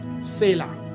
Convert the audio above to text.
Sailor